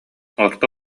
орто